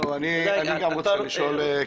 גם אני רוצה לשאול שאלה.